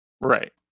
Right